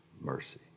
mercy